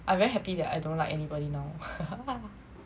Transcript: I very happy that I don't like anybody now